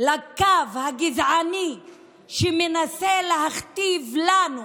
לקו הגזעני שמנסה להכתיב לנו